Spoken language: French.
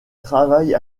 travaille